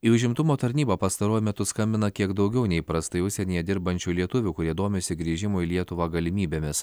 į užimtumo tarnybą pastaruoju metu skambina kiek daugiau nei įprastai užsienyje dirbančių lietuvių kurie domisi grįžimo į lietuvą galimybėmis